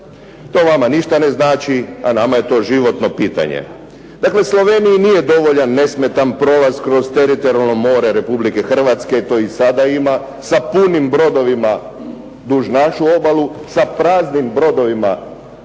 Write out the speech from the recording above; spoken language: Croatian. To vama ništa ne znači, a nama je to životno pitanje. Dakle, Sloveniji nije dovoljan nesmetan prolaz kroz teritorijalno more Republike Hrvatske, to i sada ima, sa punim brodovima duž našu obalu, sa praznim brodovima